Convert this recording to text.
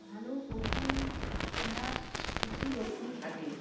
ভালো পশু চেনার কিছু লক্ষণ থাকে